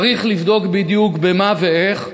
צריך לבדוק בדיוק במה ואיך,